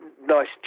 nice